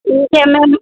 ٹھیک ہے میم